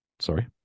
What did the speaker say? sorry